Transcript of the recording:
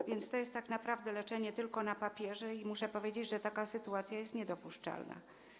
A więc to jest tak naprawdę leczenie tylko na papierze i muszę powiedzieć, że taka sytuacja jest niedopuszczalna.